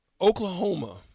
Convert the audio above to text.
Oklahoma